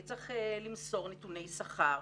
צריך למסור נתוני שכר,